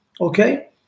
okay